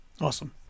awesome